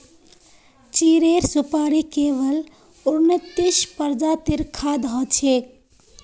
चीड़ेर सुपाड़ी केवल उन्नतीस प्रजातिर खाद्य हछेक